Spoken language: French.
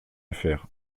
faire